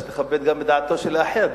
שתכבד גם את דעתו של האחר,